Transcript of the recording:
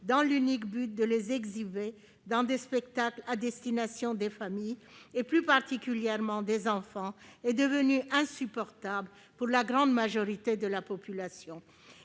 dans l'unique but de les exhiber dans des spectacles à destination des familles, et plus particulièrement des enfants, est devenue insupportable pour la grande majorité de la population.